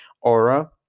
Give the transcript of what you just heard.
aura